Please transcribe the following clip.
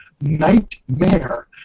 nightmare